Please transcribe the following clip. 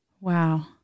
Wow